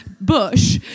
bush